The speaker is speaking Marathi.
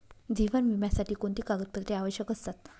जीवन विम्यासाठी कोणती कागदपत्रे आवश्यक असतात?